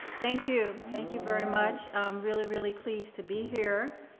thank you, thank you very much. i'm really, really pleased to be here.